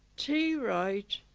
t wright,